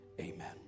Amen